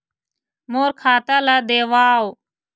मोर खाता ला देवाव?